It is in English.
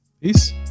Peace